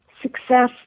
Success